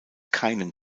keinen